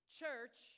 church